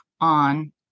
on